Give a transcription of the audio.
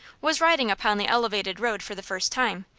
was riding upon the elevated road for the first time,